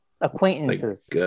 acquaintances